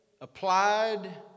applied